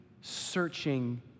searching